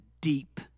deep